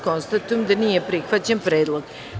Konstatujem da nije prihvaćen predlog.